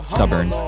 Stubborn